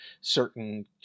certain